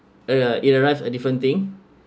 uh ya it arrived a different thing